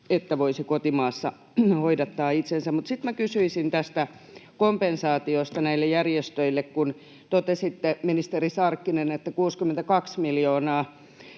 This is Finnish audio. että voisi kotimaassa hoidattaa itsensä. Sitten kysyisin tästä kompensaatiosta näille järjestöille, kun totesitte, ministeri Sarkkinen, että 62 miljoonaa